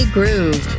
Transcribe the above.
Groove